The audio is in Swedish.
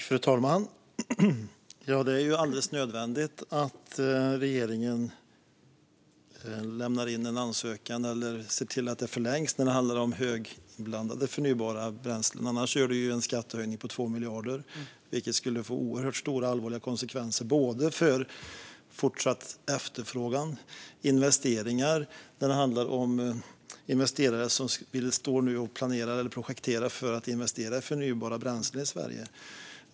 Fru talman! Det är alldeles nödvändigt att regeringen lämnar in en ansökan eller ser till att skattebefrielsen förlängs när det handlar om höginblandade förnybara bränslen. Annars gör det en skattehöjning på 2 miljarder, vilket skulle få oerhört stora och allvarliga konsekvenser för både fortsatt efterfrågan och investeringar. Investerare står ju nu och planerar och projekterar för att investera i förnybara bränslen i Sverige.